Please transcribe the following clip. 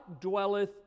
dwelleth